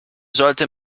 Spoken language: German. sollte